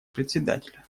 председателя